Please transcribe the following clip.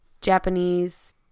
Japanese –